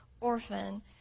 orphan